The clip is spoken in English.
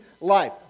life